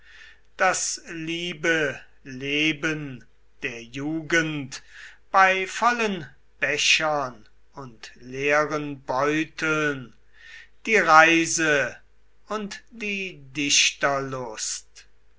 das liebe leben der jugend bei vollen bechern und leeren beuteln die reise und die